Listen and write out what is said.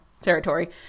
territory